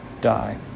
die